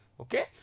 Okay